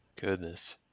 Goodness